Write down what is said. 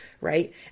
right